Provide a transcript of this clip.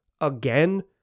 again